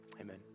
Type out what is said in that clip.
Amen